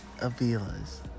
Avila's